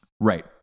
Right